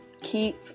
keep